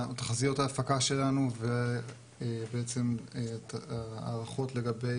תחזיות ההפקה שלנו ובעצם הערכות לגבי